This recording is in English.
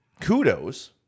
kudos